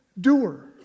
doer